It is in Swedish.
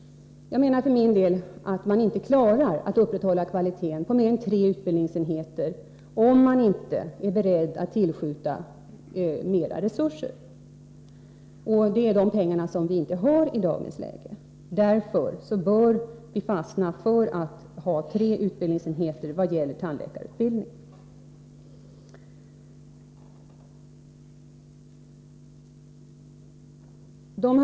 Jag menar för min del att man inte klarar att upprätthålla kvaliteten på mer än tre utbildningsenheter, om man inte är beredd att tillskjuta mera resurser, och de pengarna har vi inte i dagens läge. Därför bör vi fastna för att ha tre utbildningsenheter vad gäller tandläkarutbildningen.